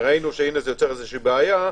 וראינו שזה יוצר בעיה.